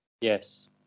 Yes